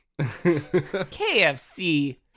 KFC